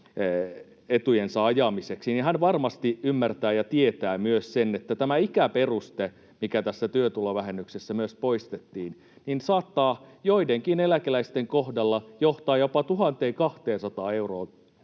etujensa ajamiseksi, niin hän varmasti ymmärtää ja tietää myös sen, että tämä ikäperuste, mikä tässä työtulovähennyksessä myös poistettiin, saattaa joidenkin eläkeläisten kohdalla johtaa jopa 1 200 euron